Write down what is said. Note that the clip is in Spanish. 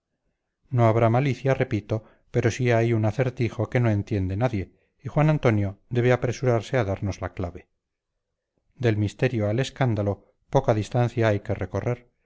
no habrá malicia repito pero sí hay un acertijo que no entiende nadie y juan antonio debe apresurarse a darnos la clave del misterio al escándalo poca distancia hay que recorrer